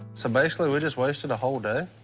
so basically, we just wasted a whole day?